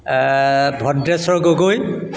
Bhadreswar Gogoi